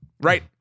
right